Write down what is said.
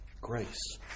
grace